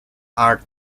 art